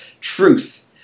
truth